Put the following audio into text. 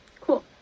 Cool